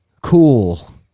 Cool